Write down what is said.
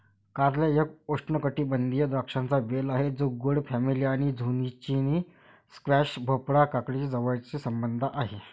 कारले एक उष्णकटिबंधीय द्राक्षांचा वेल आहे जो गोड फॅमिली आणि झुचिनी, स्क्वॅश, भोपळा, काकडीशी जवळचा संबंध आहे